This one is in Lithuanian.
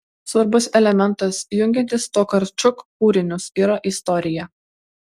svarbus elementas jungiantis tokarčuk kūrinius yra istorija